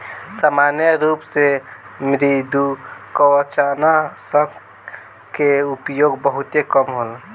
सामान्य रूप से मृदुकवचनाशक के उपयोग बहुते कम होला